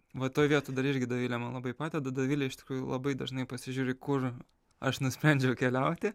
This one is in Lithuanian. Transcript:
va toj vietoj dar irgi dovilė man labai padeda dovilė iš tikrųjų labai dažnai pasižiūri kur aš nusprendžiau keliauti